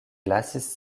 lasis